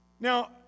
Now